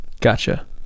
Gotcha